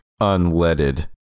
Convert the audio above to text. unleaded